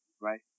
right